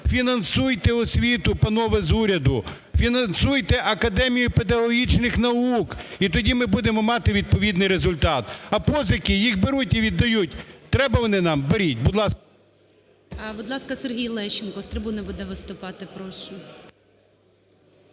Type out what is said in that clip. Фінансуйте освіту, панове з уряду, фінансуйте Академію педагогічних наук, і тоді ми будемо мати відповідний результат. А позики, їх беруть і віддають, треба вони нам – беріть… ГОЛОВУЮЧИЙ.